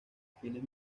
fines